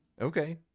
Okay